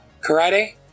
Karate